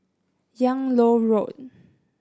Yung Loh Road